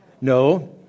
No